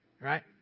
right